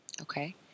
Okay